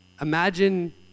Imagine